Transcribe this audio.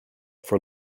for